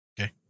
Okay